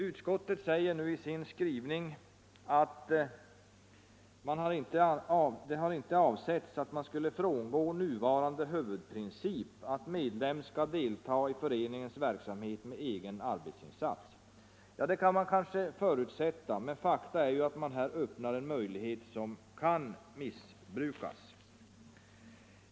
Utskottet säger i sin skrivning att det inte har avsetts att man skulle frångå nuvarande huvudprincip att medlem skall delta i föreningens verksamhet med egen arbetsinsats. Det kan man kanske förutsätta, men faktum är ju att man här öppnar en möjlighet som kan missbrukas.